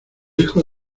hijos